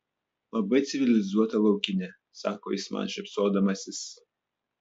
labai civilizuota laukinė sako jis man šypsodamasis